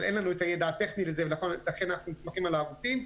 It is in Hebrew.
אין לנו את הידע הטכני ולכן אנחנו נסמכים על הערוצים,